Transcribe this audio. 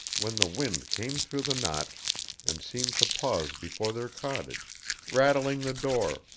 when the wind came through the notch and seemed to pause before their cottage rattling the door,